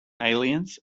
aliens